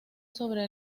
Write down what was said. sobre